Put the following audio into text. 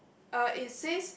uh it says